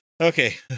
Okay